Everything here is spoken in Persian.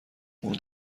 اون